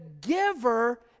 giver